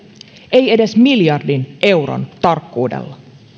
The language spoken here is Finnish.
ei edes miljardin euron tarkkuudella